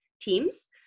teams